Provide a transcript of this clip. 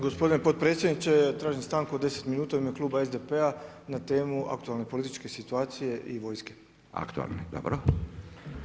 Gospodine potpredsjedniče, tražim stanku od 10 minuta u ime Kluba SDP-a na temu aktualne političke situacije i vojske.